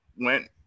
went